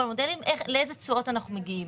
כל המודלים - לאיזה תשואות אנחנו מגיעים.